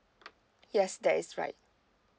yes that is right